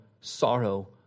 sorrow